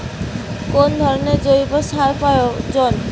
কোন ধরণের জৈব সার প্রয়োজন?